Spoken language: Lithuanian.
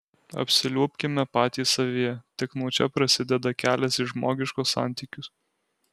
apsiliuobkime patys savyje tik nuo čia prasideda kelias į žmogiškus santykius